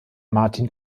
martin